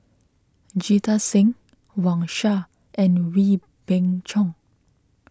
Jita Singh Wang Sha and Wee Beng Chong